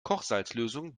kochsalzlösung